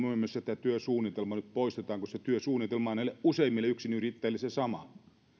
muassa että tämä työsuunnitelma nyt poistetaan koska työsuunnitelma on useimmilla näillä yksinyrittäjillä se sama